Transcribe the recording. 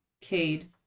Cade